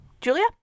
Julia